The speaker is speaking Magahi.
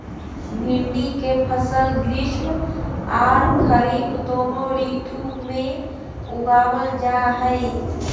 भिंडी के फसल ग्रीष्म आर खरीफ दोनों ऋतु में उगावल जा हई